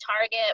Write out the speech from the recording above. Target